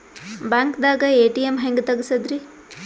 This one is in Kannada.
ಬ್ಯಾಂಕ್ದಾಗ ಎ.ಟಿ.ಎಂ ಹೆಂಗ್ ತಗಸದ್ರಿ?